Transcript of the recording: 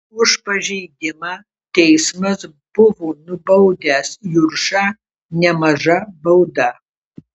už pažeidimą teismas buvo nubaudęs juršą nemaža bauda